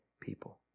people